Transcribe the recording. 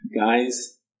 Guys